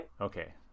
okay